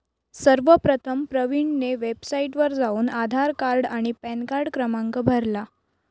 सर्वप्रथम प्रवीणने वेबसाइटवर जाऊन आधार कार्ड आणि पॅनकार्ड क्रमांक भरला